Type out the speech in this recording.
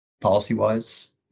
policy-wise